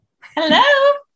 hello